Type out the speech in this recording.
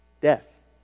Death